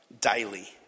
daily